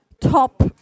top